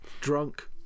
drunk